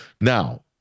now